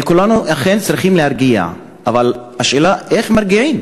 כולנו אכן צריכים להרגיע, אבל השאלה איך מרגיעים.